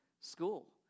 school